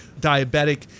diabetic